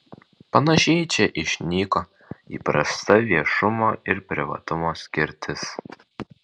panašiai čia išnyko įprasta viešumo ir privatumo skirtis